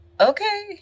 Okay